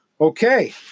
okay